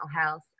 health